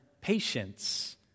patience